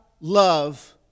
love